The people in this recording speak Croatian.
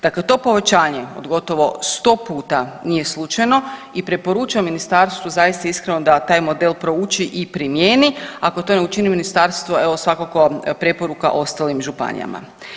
Dakle, to povećanje od gotovo 100 puta nije slučajno i preporučam ministarstvu zaista iskreno da taj model prouči i primjeni, ako to ne učini ministarstvo evo svakako preporuka ostalim županijama.